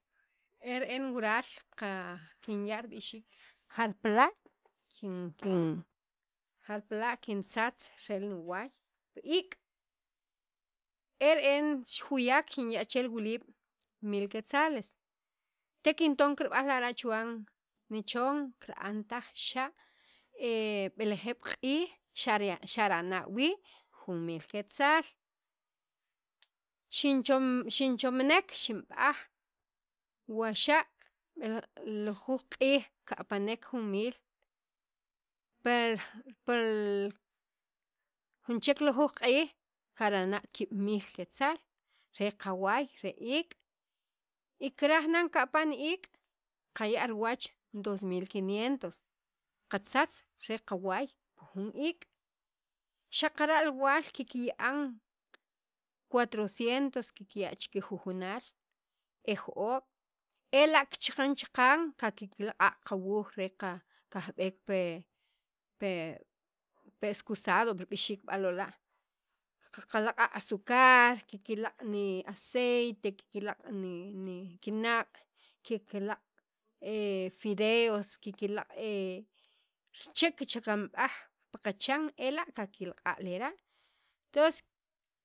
e re'en wural qa kinya' rib'ixiik jarpala' kin kin jarpala' kintzatz re niwaay pi iik' e re'en chi juyak kinya' che wuliib' mil quetzales te kinton kirb'aj lara' chuwan nichon kirantaj xa' be'elejeeb' q'iij xa' rana' wiib' jun mil quetzales xincho xinchomnek xinb'aj wa xa' b'elej lujuj q'iij kapanek jun mil pe pel jun chek lujuuj q'iij kirb'ana' kiib' mil quetzales re qawaay re iik' y kirajnan kapan jun iik' qaya' riwach dosmil quinientos qatzatza re qawaay pi jun iik' xaqara' li waal kikya'an cuatros cientos kikya' chikijunanal e jo'oob' ela' kichakan chaqan re kakila' qawuuj qajb'ek pi pe pe escusado rib'ixiik lola' qalaqa' asukar kiklaq' ni aceite, kiklaq' ni kinaq' kiklaq' fideos kiklaq' che kichakanb'aj pi qachan ela' kiklaq'a' lera' tons